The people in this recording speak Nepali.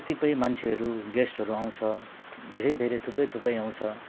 कतिपय मान्छेहरू गेस्टहरू आउँछ धेरै धेरै थुप्रै थुप्रै आउँछ